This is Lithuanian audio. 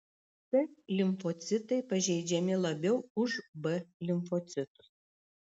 t limfocitai pažeidžiami labiau už b limfocitus